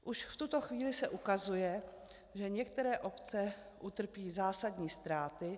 Už v tuto chvíli se ukazuje, že některé obce utrpí zásadní ztráty.